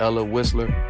and whistler,